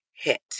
Hit